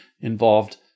involved